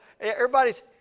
everybody's